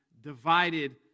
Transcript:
divided